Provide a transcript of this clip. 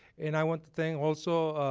and i want to thank also